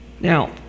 Now